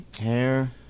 hair